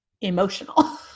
emotional